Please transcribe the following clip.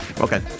Okay